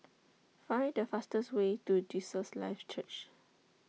Find The fastest Way to Jesus Lives Church